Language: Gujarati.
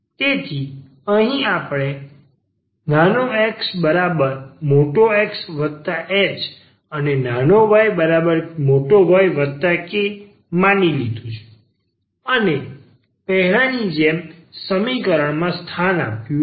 તેથી અહીં આપણે આ x X h y Y k માની લીધું છે અને પહેલાની જેમ સમીકરણમાં સ્થાન આપ્યું છે